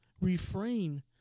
refrain